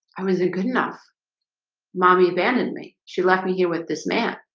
i wasn't good enough mommy abandoned me. she left me here with this man.